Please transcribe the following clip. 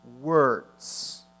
words